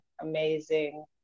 amazing